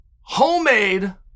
homemade